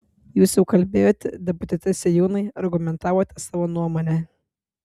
jūs jau kalbėjote deputate sėjūnai argumentavote savo nuomonę